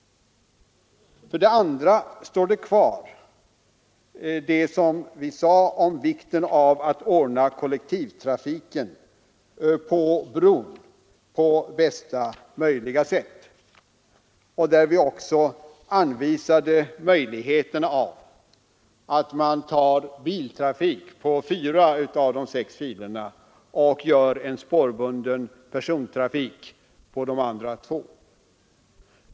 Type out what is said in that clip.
För det andra står kvar vad vi sade om vikten av att ordna brons kollektivtrafik på bästa möjliga sätt. Där har vi också anvisat möjligheten att låta biltrafiken gå på fyra av de sex filerna och ha en spårbunden persontrafik på de andra två.